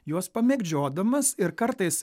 juos pamėgdžiodamas ir kartais